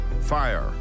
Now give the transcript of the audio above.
Fire